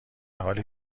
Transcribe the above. حالی